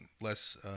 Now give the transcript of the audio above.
less